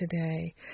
today